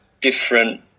different